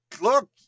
look